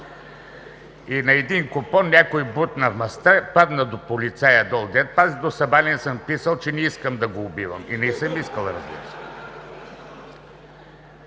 И на един купон някой бутна маста и падна до полицая долу дето пази. До сабале съм писал, че не искам да го убивам и не съм искал, разбира се.